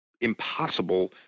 impossible